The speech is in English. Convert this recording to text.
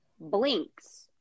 blinks